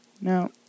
Now